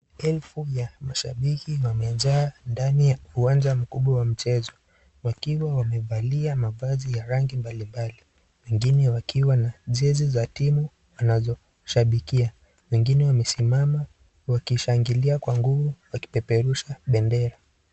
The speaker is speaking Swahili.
Elfu ya mashabiki wamejaa ndani ya uwanja mkubwa wa mchezo, wakiwa wamevalia mavazi ya rangi mbalimbali. Wengine wakiwa na jezi za timu wanazoishabikia. Wengine wamesimama wakishangilia kwa nguvu, wakipeperusha bendera.